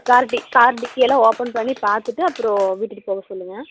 car dicky car dicky எல்லாம் open பண்ணி பார்த்துட்டு அப்புறம் விட்டுட்டு போக சொல்லுங்கள்